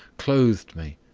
clothed me,